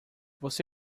você